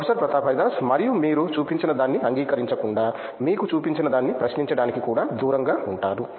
professor Pratap Haridas మరియు మీరు చూపించినదాన్ని అంగీకరించకుండా మీకు చూపించినదాన్ని ప్రశ్నించడానికి కూడా దూరంగా ఉంటారు